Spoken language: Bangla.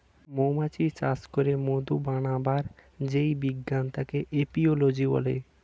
মৌমাছি চাষ করে মধু বানাবার যেই বিজ্ঞান তাকে এপিওলোজি বলে